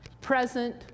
present